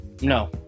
No